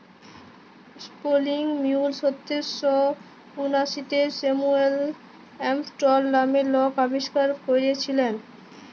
spinning mule সতের শ উনআশিতে স্যামুয়েল ক্রম্পটল লামের লক আবিষ্কার ক্যইরেছিলেল